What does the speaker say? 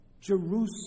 Jerusalem